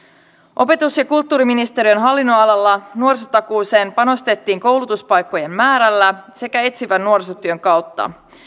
opetus ja kulttuuriministeriön hallinnonalalla nuorisotakuuseen panostettiin koulutuspaikkojen määrällä sekä etsivän nuorisotyön kautta